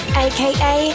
aka